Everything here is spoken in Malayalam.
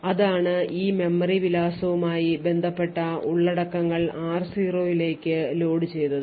അതാണ് ഈ മെമ്മറി വിലാസവുമായി ബന്ധപ്പെട്ട ഉള്ളടക്കങ്ങൾ r0 ലേക്ക് load ചെയ്തത്